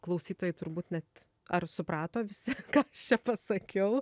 klausytojai turbūt net ar suprato visi čia pasakiau